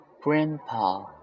Grandpa